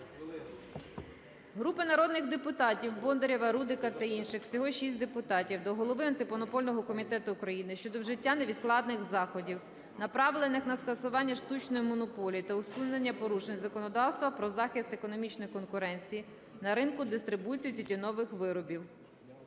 Групи народних депутатів (Бондарєва, Рудика та інших. Всього 6 депутатів) до Голови Антимонопольного комітету України щодо вжиття невідкладних заходів, направлених на скасування штучної монополії та усунення порушень законодавства про захист економічної конкуренції на ринку дистрибуції тютюнових виробів.